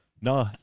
No